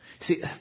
See